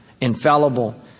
infallible